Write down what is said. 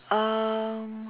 um